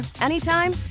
anytime